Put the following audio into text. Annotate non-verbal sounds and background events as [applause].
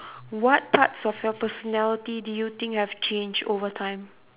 [breath] what parts of your personality do you think have changed over time